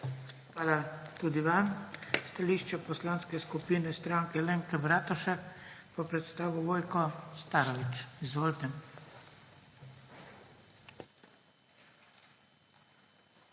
Hvala tudi vam. Stališče Poslanske skupine Stranke Alenke Bratušek bo predstavil Vojko Starović. Izvolite.